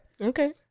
okay